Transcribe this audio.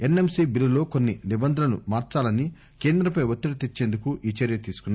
yes M C bill లో కొన్సి నిబంధనలను మార్పాలని కేంద్రంపై వత్తడి తెచ్చేందుకు ఈ చర్య తీసుకున్నారు